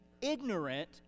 ignorant